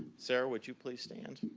sarah, would you please stand.